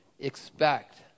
expect